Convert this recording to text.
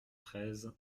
treize